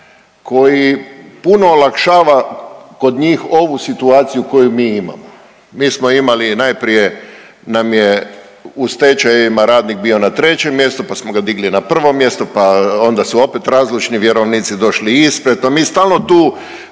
koji puno olakšava kod njih ovu situaciju koju mi imamo. Mi smo imali, najprije nam je u stečajevima radnik bio na trećem mjestu, pa smo ga digli na prvo mjesto, pa onda su opet razlučni vjerovnici došli ispred, pa mi stalno tu